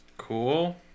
Cool